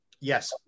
Yes